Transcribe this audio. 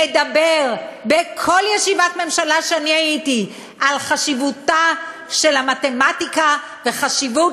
לדבר בכל ישיבת ממשלה שהייתי על חשיבותה של המתמטיקה וחשיבות